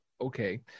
Okay